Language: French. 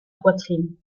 poitrine